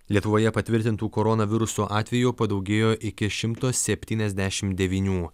lietuvoje patvirtintų koronaviruso atvejų padaugėjo iki šimto septyniasdešimt devynių